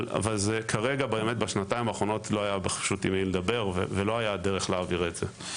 אבל בשנתיים האחרונות לא היה פשוט עם מי לדבר ולא היה דרך להעביר את זה.